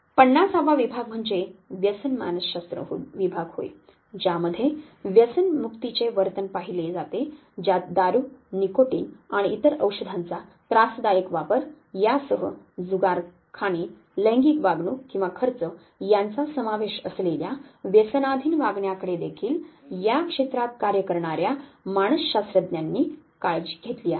50 वा विभाग म्हणजे व्यसन मानसशास्त्र विभाग होय ज्यामध्ये व्यसनमुक्तीचे वर्तन पाहिले जाते ज्यात दारू निकोटीन आणि इतर औषधांचा त्रासदायक वापर यासह जुगार खाणे लैंगिक वागणूक किंवा खर्च यांचा समावेश असलेल्या व्यसनाधीन वागण्याकडे देखील या क्षेत्रात कार्य करणार्या मानसशास्त्रज्ञांनी काळजी घेतली आहे